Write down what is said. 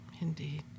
indeed